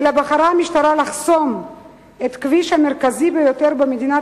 אלא בחרה לחסום את הכביש המרכזי ביותר במדינת